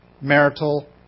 marital